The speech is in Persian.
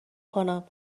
کنم